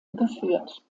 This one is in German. geführt